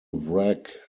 wreck